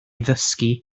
ddysgu